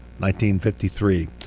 1953